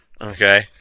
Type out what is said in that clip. okay